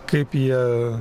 kaip jie